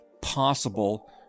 possible